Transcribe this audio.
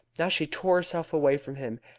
now she tore herself away from him,